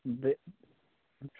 بے